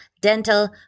dental